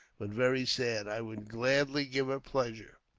but very sad. i would gladly give her pleasure.